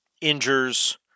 injures